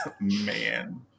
Man